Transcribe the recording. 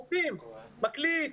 מקליט,